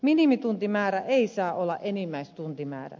minimituntimäärä ei saa olla enimmäistuntimäärä